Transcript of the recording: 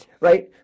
Right